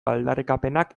aldarrikapenak